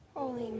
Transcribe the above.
Holy